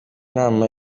nama